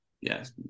yes